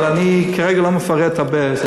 אבל אני כרגע לא מפרט הרבה.